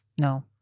no